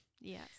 Yes